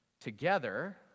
together